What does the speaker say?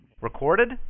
recorded